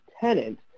tenant